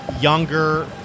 younger